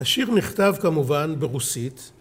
‫השיר נכתב כמובן ברוסית.